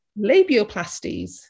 labioplasties